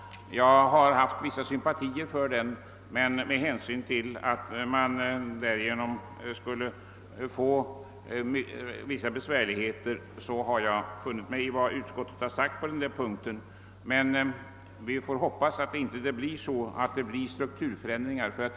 Jag har haft vissa sympatier för detta förslag, men med hänsyn till att man vid bifall till förslaget skulle få vissa besvärligheter har jag funnit mig i vad utskottet har sagt på denna punkt. Vi får emellertid hoppas att resulta tet inte blir strukturförändringar.